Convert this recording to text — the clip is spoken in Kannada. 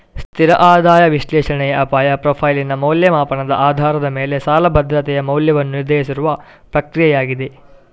ಸ್ಥಿರ ಆದಾಯ ವಿಶ್ಲೇಷಣೆಯ ಅಪಾಯದ ಪ್ರೊಫೈಲಿನ ಮೌಲ್ಯಮಾಪನದ ಆಧಾರದ ಮೇಲೆ ಸಾಲ ಭದ್ರತೆಯ ಮೌಲ್ಯವನ್ನು ನಿರ್ಧರಿಸುವ ಪ್ರಕ್ರಿಯೆಯಾಗಿದೆ